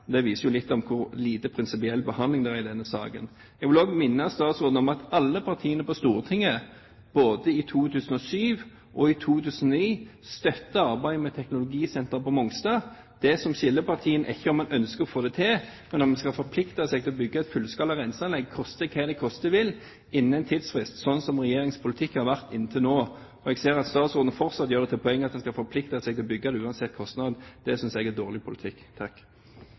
det ikke er så viktig for Mongstad. Det viser jo litt om hvor lite prinsipiell behandling det er i denne saken. Jeg vil også minne statsråden om at alle partiene på Stortinget både i 2007 og i 2009 støttet arbeidet med teknologisenteret på Mongstad. Det som skiller partiene er ikke om man ønsker å få det til, men om man skal forplikte seg til å bygge et fullskala renseanlegg, koste hva det koste vil, innen en tidsfrist, sånn som regjeringens politikk har vært inntil nå. Jeg ser at statsråden fortsatt gjør det til et poeng at en skal forplikte seg til å bygge det uansett kostnad. Det synes jeg er dårlig politikk.